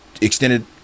extended